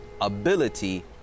ability